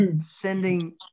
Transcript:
sending